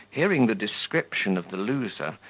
hearing the description of the loser,